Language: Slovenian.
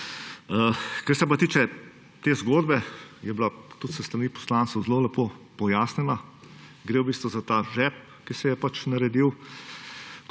Kar se pa tiče te zgodbe, je bila tudi s strani poslancev zelo lepo pojasnjena. Gre v bistvu za ta žep, ki se je naredil,